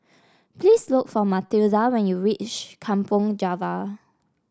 please look for Mathilda when you reach Kampong Java